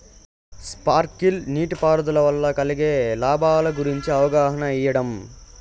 Sprinkle నీటిపారుదల వల్ల కలిగే లాభాల గురించి అవగాహన ఇయ్యడం?